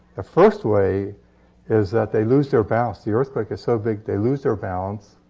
the first way is that they lose their balance. the earthquake is so big, they lose their balance,